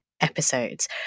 episodes